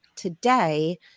today